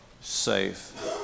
safe